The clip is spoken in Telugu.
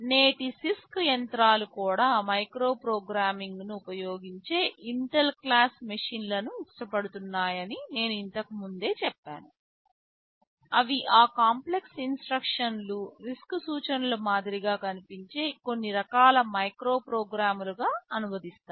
నేటి CISC యంత్రాలు కూడా మైక్రో ప్రోగ్రామింగ్ను ఉపయోగించే ఇంటెల్ క్లాస్ మెషీన్ల ను ఇష్టపడుతున్నాయని నేను ఇంతకు ముందే చెప్పాను అవి ఆ కాంప్లెక్స్ ఇన్స్ట్రక్షన్లు RISC సూచనల మాదిరిగా కనిపించే కొన్ని రకాల మైక్రోప్రోగ్రామ్లుగా అనువదిస్తాయి